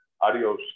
Adios